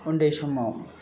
उन्दै समाव